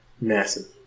massive